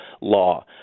law